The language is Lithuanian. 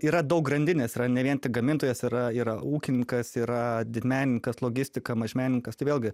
yra daug grandinės yra ne vien tik gamintojas yra yra ūkininkas yra didmenininkas logistika mažmenininkas tai vėlgi